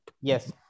Yes